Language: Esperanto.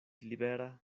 libera